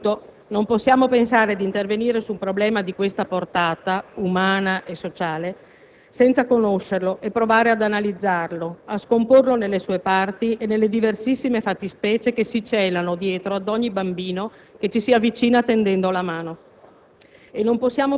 Ma soprattutto non possiamo pensare di intervenire su un problema di questa portata, umana e sociale, senza conoscerlo e provare ad analizzarlo e scomporlo nelle sue parti e nelle diversissime fattispecie che si celano dietro ad ogni bambino che si avvicina tendendo la mano.